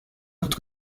autre